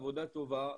עבודה טובה,